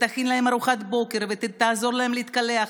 תכין להם ארוחת בוקר, תעזור להם להתקלח,